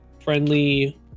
friendly